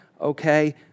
okay